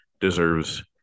deserves